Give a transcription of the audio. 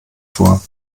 vor